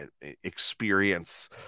experience